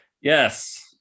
yes